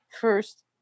First